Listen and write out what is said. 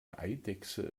eidechse